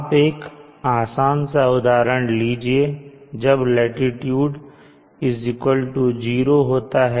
आप एक आसान सा उदाहरण लीजिए जब लाटीट्यूड 0 होता है